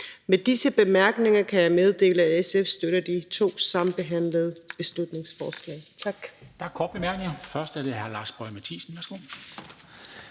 Med disse bemærkninger kan jeg meddele, at SF støtter de to sambehandlede beslutningsforslag.